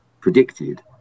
predicted